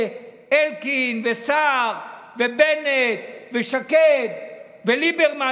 אלקין וסער ובנט ושקד וליברמן,